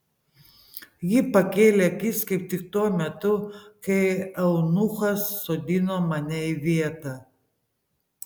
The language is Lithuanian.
ji pakėlė akis kaip tik tuo metu kai eunuchas sodino mane į vietą